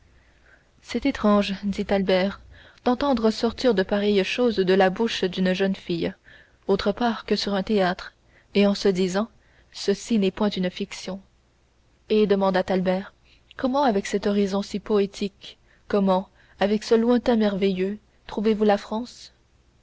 c'est étrange dit albert d'entendre sortir de pareilles choses de la bouche d'une jeune fille autre part que sur un théâtre et en se disant ceci n'est point une fiction et demanda albert comment avec cet horizon si poétique comment avec ce lointain merveilleux trouvez-vous la france